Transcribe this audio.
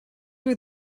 were